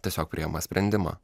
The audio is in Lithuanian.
tiesiog priima sprendimą